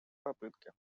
попытке